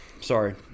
Sorry